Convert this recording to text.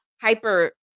hyper